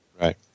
right